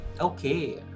Okay